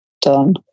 done